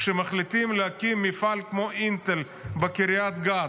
כשמחליטים להקים מפעל כמו אינטל בקרית גת,